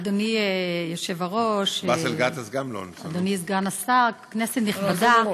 אדוני היושב-ראש, אדוני סגן השר, כנסת נכבדה,